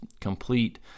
complete